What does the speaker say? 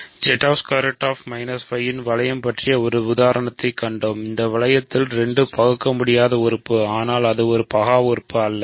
Z ✓ 5 இன் வளையம் பற்றிய ஒரு உதாரணத்தைக் கண்டோம் இந்த வளையத்தில் 2 பகுக்கமுடியாதது உறுப்பு ஆனால் அது ஒருபகா உறுப்பு அல்ல